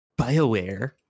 BioWare